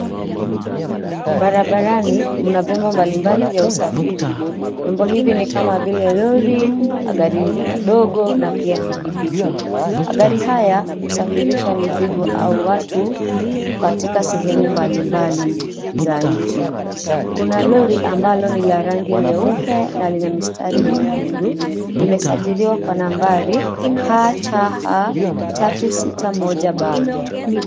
Barabarani mna vyombo mbalimbali vya usafiri, vyombo hivi ni kama vile lori, magari madogo na pia pikipiki, magari haya, husafirisha mizigo au watu, katika sehemu mbalimbali, za nchi, kuna lori ambalo ni la rangi nyeupe na wenye mistari nyekundu, limesajiliwa kwa nambari, KCH 361B .